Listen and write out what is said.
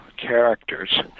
characters